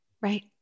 Right